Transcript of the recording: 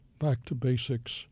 back-to-basics